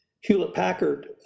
Hewlett-Packard